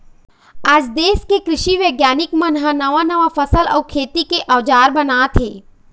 आज देश के कृषि बिग्यानिक मन ह नवा नवा फसल अउ खेती के अउजार बनावत हे